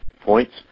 points